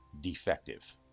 defective